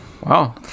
wow